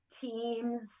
teams